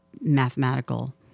mathematical